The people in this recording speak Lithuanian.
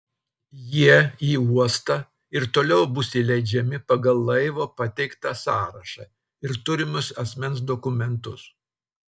jie į uostą ir toliau bus įleidžiami pagal laivo pateiktą sąrašą ir turimus asmens dokumentus